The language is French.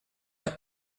pas